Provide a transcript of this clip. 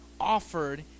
offered